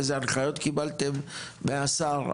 איזה הנחיות קיבלתם מהשר?